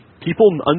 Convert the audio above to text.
People